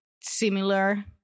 similar